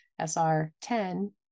SR10